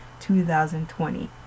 2020